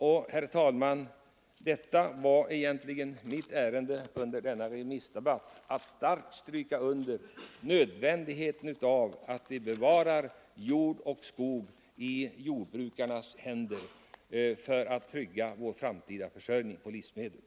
Och, herr talman, det var egentligen mitt ärende under denna allmänpolitiska debatt att starkt stryka under nödvändigheten av att vi bevarar jord och skog i jordbrukarnas händer.för att trygga vår framtida försörjning med livsmedel.